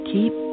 Keep